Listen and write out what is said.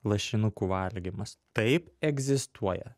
lašinukų valgymas taip egzistuoja